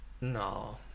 No